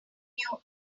new